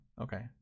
Okay